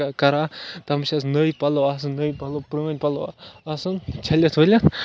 کہ کَران تَتھ منٛز چھِ أسۍ نٔے پَلو آسان نٔے پَلو پرٛٲنۍ پَلو آسان چھٔلِتھ ؤلِتھ